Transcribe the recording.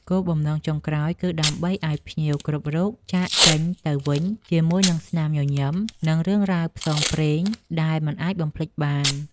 គោលបំណងចុងក្រោយ គឺដើម្បីឱ្យភ្ញៀវគ្រប់រូបចាកចេញទៅវិញជាមួយនឹងស្នាមញញឹម និងរឿងរ៉ាវផ្សងព្រេងដែលមិនអាចបំភ្លេចបាន។